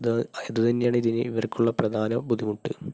അത് അതു തന്നെയാണ് ഇതിന് ഇവർക്കുള്ള പ്രധാന ബുദ്ധിമുട്ട്